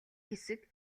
хэсэг